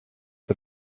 but